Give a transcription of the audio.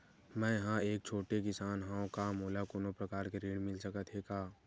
मै ह एक छोटे किसान हंव का मोला कोनो प्रकार के ऋण मिल सकत हे का?